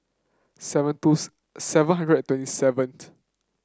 seven twos seven hundred and twenty seven